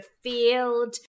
field